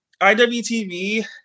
IWTV